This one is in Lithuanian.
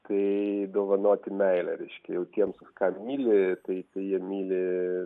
tai dovanoti meilę reiškia jau tiems ką myli tai tai jie myli